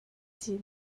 cin